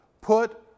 put